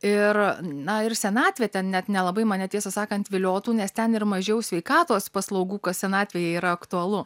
ir na ir senatvė ten net nelabai mane tiesą sakant viliotų nes ten ir mažiau sveikatos paslaugų kas senatvėje yra aktualu